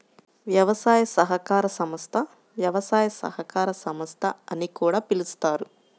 వ్యవసాయ సహకార సంస్థ, వ్యవసాయ సహకార సంస్థ అని కూడా పిలుస్తారు